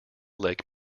lake